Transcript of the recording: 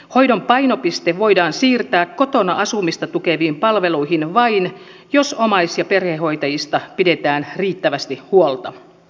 hoidon painopiste voidaan siirtää kotona asumista tukeviin palveluihin vain jos omais ja perhehoitajista pidetään riittävästi huolta